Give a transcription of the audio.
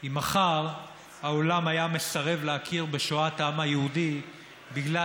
אם מחר העולם היה מסרב להכיר בשואת העם היהודי בגלל